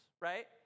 right